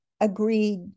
agreed